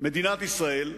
מדינת ישראל,